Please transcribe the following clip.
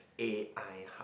A_I !huh!